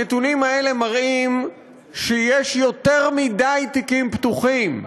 הנתונים האלה מראים שיש יותר מדי תיקים פתוחים.